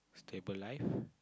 stable life